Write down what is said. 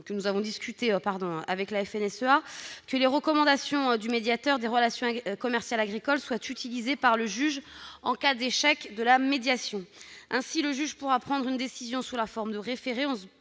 dont nous avons discuté avec la FNSEA, que les recommandations du médiateur des relations commerciales agricoles soient utilisées par le juge en cas d'échec de la médiation. Ainsi, le juge pourra prendre une décision en la forme des référés